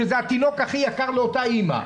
שזה התינוק הכי יקר לאותה אימא.